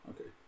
Okay